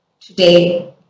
today